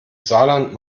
saarland